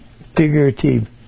figurative